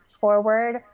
forward